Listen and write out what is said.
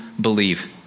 believe